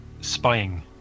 spying